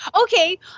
Okay